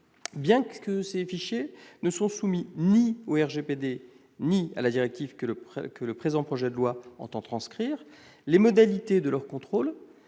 Bien que ces fichiers ne soient soumis ni au RGPD ni à la directive que le présent projet de loi entend transposer, les modalités de leur contrôle